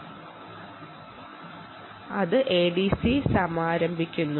ആദ്യം ADC initialise ചെയ്യുന്നു